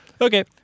Okay